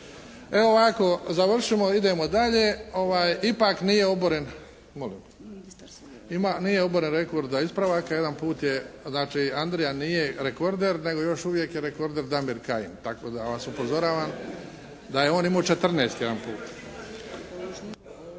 Evo ovako. Završimo, idemo dalje. Ipak nije oboren. Molim? Nije oboren rekord za ispravak. Jedan put je, znači Andrija nije rekorder nego još uvijek je rekorder Damir Kajin tako da vas upozoravam da je on imao 14 jedan put.